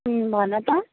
भन त